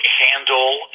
handle